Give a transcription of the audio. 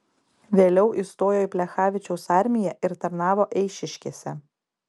vėliau įstojo į plechavičiaus armiją ir tarnavo eišiškėse